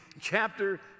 chapter